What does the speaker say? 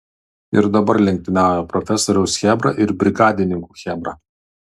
ir dabar lenktyniauja profesoriaus chebra ir brigadinių chebra